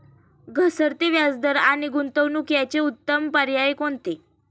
घसरते व्याजदर आणि गुंतवणूक याचे उत्तम पर्याय कोणते?